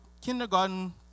kindergarten